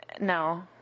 No